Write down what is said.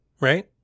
right